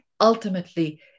Ultimately